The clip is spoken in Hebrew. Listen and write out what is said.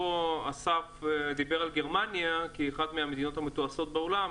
אסף דיבר פה על גרמניה כאחת מהמדינות המתועשות בעולם.